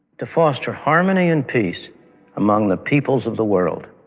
to foster harmony and peace among the peoples of the world.